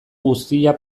guztia